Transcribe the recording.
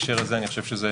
בהקשר הזה אני חושב שזה